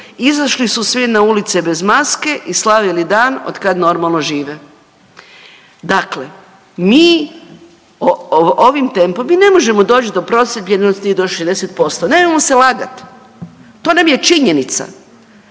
izašli su svi na ulice bez maske i slavili dan od kad normalno žive. Dakle, mi ovim tempom, mi ne možemo doći do procijepljenosti od 60%, nemojmo se lagati. To nam je činjenica,